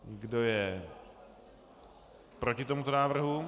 Kdo je proti tomuto návrhu?